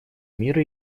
мира